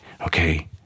okay